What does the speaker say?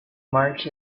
march